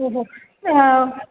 ओहो